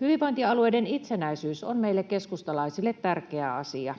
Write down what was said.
Hyvinvointialueiden itsenäisyys on meille keskustalaisille tärkeä asia.